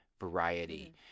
variety